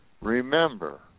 Remember